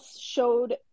showed